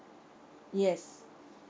yes